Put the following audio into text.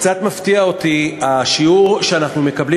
קצת מפליא אותי השיעור שאנחנו מקבלים